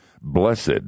blessed